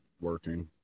working